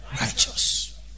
righteous